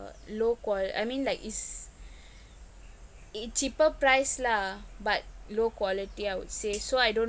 low qua~ I mean like it's it cheaper price lah but low quality I would say so I don't